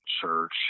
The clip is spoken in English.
church